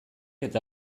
eta